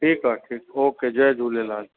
ठीकु आहे ठीकु ओके जय झूलेलाल